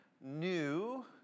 new